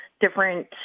different